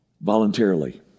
Voluntarily